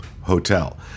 hotel